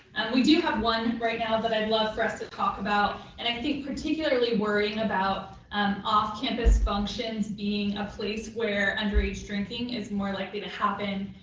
we do have one right now that i'd love for us to talk about. and i think particularly worrying about um off-campus functions being a place where underage drinking is more likely to happen,